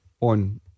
On